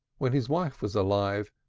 when his wife was alive,